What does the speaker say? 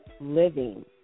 living